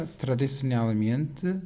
tradicionalmente